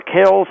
hills